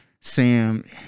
Sam